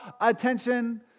attention